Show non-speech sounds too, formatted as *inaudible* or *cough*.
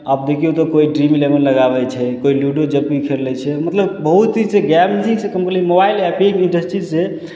अब देखियौ तऽ कोइ ड्रीम एलेवन लगाबै छै कोइ लूडो जब भी खेलै छै मतलब बहुत ही छै *unintelligible* कोनो मोबाइल एपिंग इंडस्ट्री से